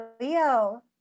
Leo